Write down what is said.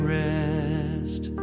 rest